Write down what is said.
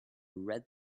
red